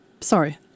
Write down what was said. sorry